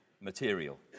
material